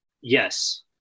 yes